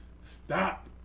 stop